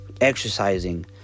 exercising